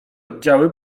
oddziały